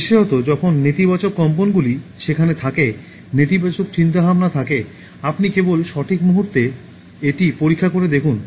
বিশেষত যখন নেতিবাচক কম্পনগুলি সেখানে থাকে নেতিবাচক চিন্তাভাবনা থাকে আপনি কেবল সঠিক মুহুর্তে এটি পরীক্ষা করে দেখুন